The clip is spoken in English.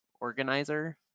Organizer